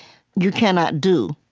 you cannot do.